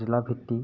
জিলাভিত্তিক